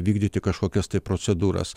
vykdyti kažkokias tai procedūras